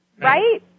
Right